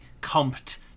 comped